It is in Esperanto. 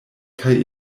kaj